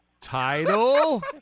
Title